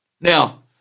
now